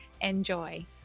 Enjoy